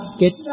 get